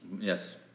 Yes